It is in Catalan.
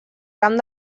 camp